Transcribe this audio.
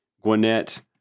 Gwinnett